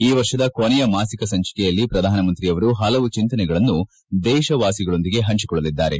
ಈ ವರ್ಷದ ಕೊನೆಯ ಮಾಸಿಕ ಸಂಚಿಕೆಯಲ್ಲಿ ಪ್ರಧಾನಮಂತ್ರಿಯವರು ಪಲವು ಚಿಂತನೆಗಳನ್ನು ದೇಶವಾಸಿಗಳೊಂದಿಗೆ ಹಂಚಿಕೊಳ್ಳಲಿದ್ದಾರೆ